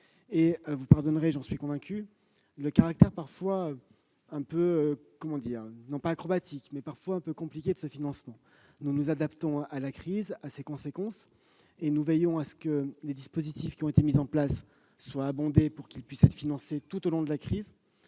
Vous pardonnerez, j'en suis convaincu, mesdames, messieurs les sénateurs, le caractère non pas acrobatique, mais parfois un peu compliqué de ce financement. Nous nous adaptons à la crise, à ses conséquences et nous veillons à ce que les dispositifs qui ont été mis en place soient alimentés, pour qu'ils puissent être financés tout au long de la crise.